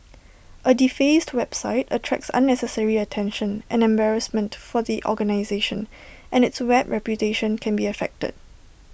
A defaced website attracts unnecessary attention and embarrassment for the organisation and its web reputation can be affected